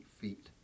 feet